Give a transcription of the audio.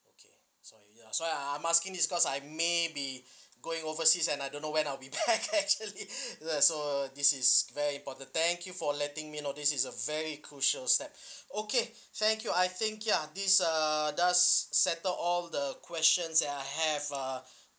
okay sorry ya sorry I'm asking this is because I maybe going overseas and I don't know when I'll be back actually the so this is very important thank you for letting me know this is a very crucial step okay thank you I think ya this uh does settle all the questions that I have uh